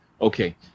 Okay